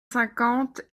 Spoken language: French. cinquante